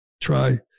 try